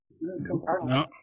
No